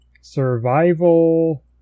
survival